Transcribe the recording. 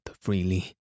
freely